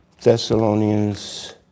Thessalonians